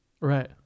Right